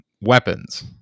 weapons